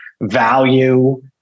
value